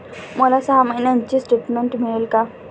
मला सहा महिन्यांचे स्टेटमेंट मिळेल का?